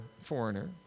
foreigner